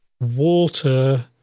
water